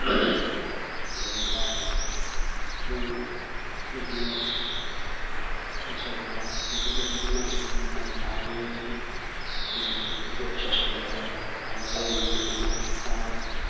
बेनिफ्राइ बिदिनो सोरखौबा बेफोरबायदिखौनो मानसिखौनो नायनो हायै बायदि फैबानो सन्देह' माबा खालामलांगोन नामा बा